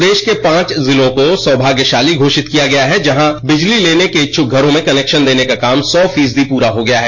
प्रदेश के पांच जिलों को सौभाग्यशाली घोषित किया गया है यानी जहां बिजली लेने के इच्छुक घरों में कनेक्शन देने का काम सौ फीसदी पूरा हो गया है